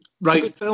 Right